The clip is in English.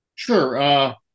Sure